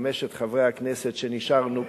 חמשת חברי הכנסת שנשארו פה,